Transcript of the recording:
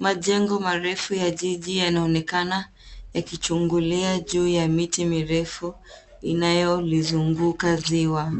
Majengo marefu ya jiji yanaonekana yakichungulia juu ya miti mirefu inayolizunguka ziwa.